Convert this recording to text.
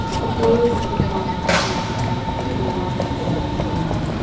the glory is departed from israel for the ark of god is taken.